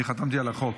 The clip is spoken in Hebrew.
אני חתמתי על החוק.